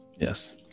Yes